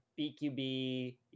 BQB